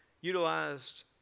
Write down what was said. utilized